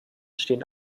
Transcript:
stehen